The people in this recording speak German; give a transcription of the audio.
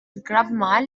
grabmal